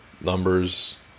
numbers